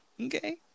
Okay